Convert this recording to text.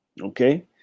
Okay